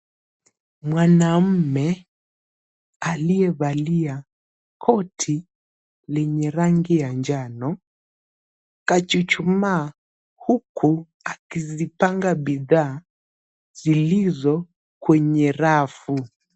Mwanaume aliyevalia koti lenye rangi ya njano. Kachuchumaa huku akizipanga bidhaa zilizo kwenye rafu.